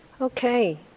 Okay